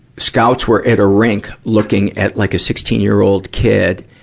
scouts were at a rink looking at like sixteen year old kid,